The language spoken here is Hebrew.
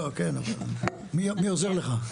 אוקיי אבל מי עוזר לך?